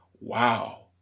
Wow